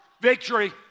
victory